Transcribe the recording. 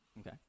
Okay